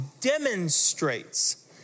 demonstrates